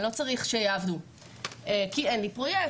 אני לא צריך שיעבדו כי אין לי פרויקט,